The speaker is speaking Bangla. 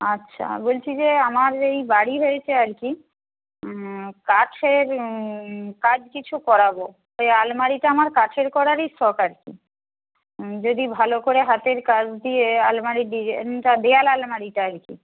আচ্ছা বলছি যে আমার এই বাড়ি হয়েছে আর কি কাঠের কাজ কিছু করাব ওই আলমারিটা আমার কাঠের করারই শখ আর কি যদি ভালো করে হাতের কাজ দিয়ে আলমারির ডিজাইনটা দেওয়াল আলমারিটা আর কি